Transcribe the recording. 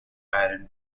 iron